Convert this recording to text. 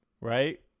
Right